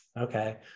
Okay